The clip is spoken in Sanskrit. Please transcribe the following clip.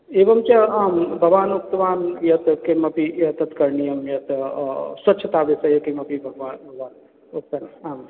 एवञ्च आं भवान् उक्तवान् यत्किमपि एतद् करणीयं यत् स्वच्छताविषये किमपि भवान् भवान् उक्तम् आम्